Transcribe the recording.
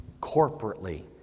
Corporately